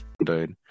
dude